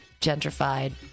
gentrified